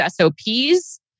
SOPs